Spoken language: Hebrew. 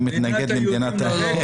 אני מתנגד למדינת היהודים.